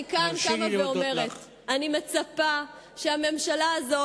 אני כאן קמה ואומרת: אני מצפה שהממשלה הזאת